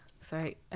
Sorry